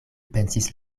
pensis